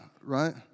Right